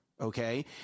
Okay